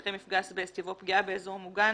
אחרי "מפגע אסבסט" יבוא "פגיעה באזור מוגן,